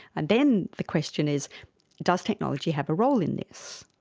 and then the question is does technology have a role in this?